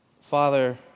Father